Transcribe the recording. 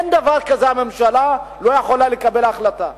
אין דבר כזה שהממשלה לא יכולה לקבל החלטה.